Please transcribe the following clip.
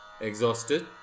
Exhausted